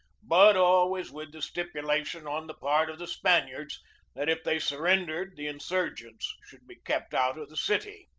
but always with the stipulation on the part of the spaniards that if they surrendered the insur gents should be kept out of the city.